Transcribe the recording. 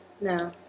No